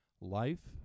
Life